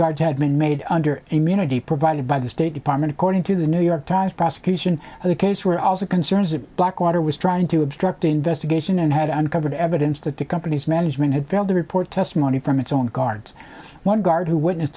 guards had been made under immunity provided by the state department according to the new york times prosecution of the case were also concerns that blackwater was trying to obstruct investigation and had uncovered evidence that the company's management had failed to report testimony from its own guards one guard who witness